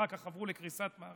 אחר כך עברו לקריסת מערכות.